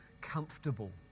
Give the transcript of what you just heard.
comfortable